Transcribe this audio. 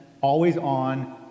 always-on